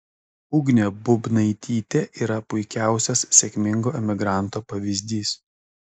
ugnė bubnaitytė yra puikiausias sėkmingo emigranto pavyzdys